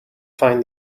find